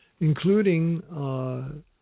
Including